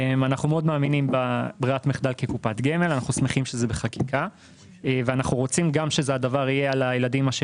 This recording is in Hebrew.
אנחנו מאוד מאמינים בכך שקופת גמל צריכה להיות ברירת המחדל,